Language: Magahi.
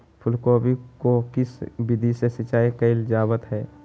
फूलगोभी को किस विधि से सिंचाई कईल जावत हैं?